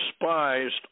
despised